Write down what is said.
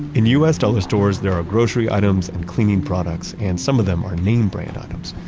in u s. dollar stores, there are grocery items and cleaning products, and some of them are name brand items,